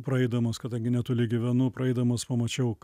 praeidamas kadangi netoli gyvenu praeidamas pamačiau